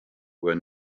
were